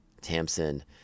Tamsin